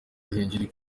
ruhengeri